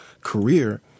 career